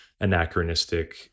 anachronistic